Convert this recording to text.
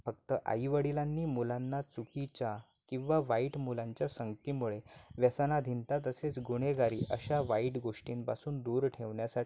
फक्त आईवडिलांनी मुलांना चुकीच्या किंवा वाईट मुलांच्या संगतीमुळे व्यसनाधीनता तसेच गुन्हेगारी अशा वाईट गोष्टींपासून दूर ठेवण्यासाठी